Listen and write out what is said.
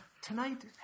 Tonight